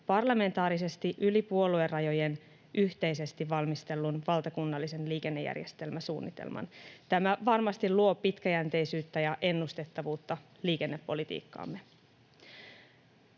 parlamentaarisesti yli puoluerajojen yhteisesti valmistellun valtakunnallisen liikennejärjestelmäsuunnitelman. Tämä varmasti luo pitkäjänteisyyttä ja ennustettavuutta liikennepolitiikkaamme.